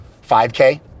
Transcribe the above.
5K